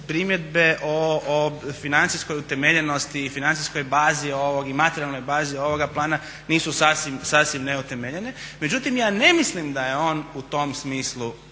primjedbe o financijskoj utemeljenosti i financijskoj bazi i materijalnoj bazi ovoga plana nisu sasvim neutemeljene. Međutim, ja ne mislim da je on u tom smislu